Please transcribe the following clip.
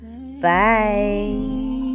Bye